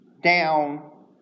down